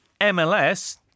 MLS